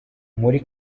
muri